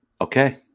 Okay